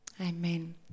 amen